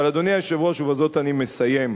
אבל, אדוני היושב-ראש, ובזה אני מסיים,